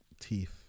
teeth